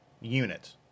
unit